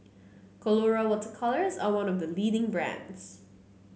Colora Water Colours is one of the leading brands